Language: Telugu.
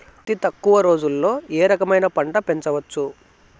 అతి తక్కువ రోజుల్లో ఏ రకమైన పంట పెంచవచ్చు?